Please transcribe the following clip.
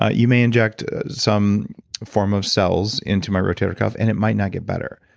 ah you may inject some form of cells into my rotator cuff and it might not get better.